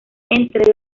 entre